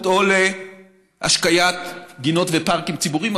או להשקיית גינות ופארקים ציבוריים,